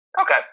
Okay